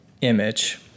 image